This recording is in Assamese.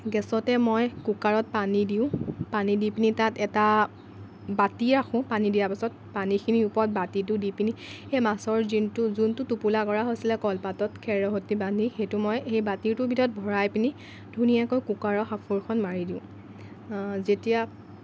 গেছতে মই কুকাৰত পানী দিওঁ পানী দি পিনি তাত এটা বাতি ৰাখোঁ পানী দিয়াৰ পিছত পানীখিনিৰ ওপৰত বাতিটো দি পিনি সেই মাছৰ যিনটো যোনটো টোপোলা কৰা হৈছিলে কলপাতত খেৰৰ সৈতে বান্ধি সেইটো মই সেই বাতিটোৰ ভিতৰত ভৰাই পিনি ধুনীয়াকৈ কুকাৰৰ সাঁফৰখন মাৰি দিওঁ যেতিয়া